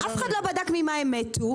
אף אחד לא בדק ממה הם מתו,